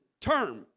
Term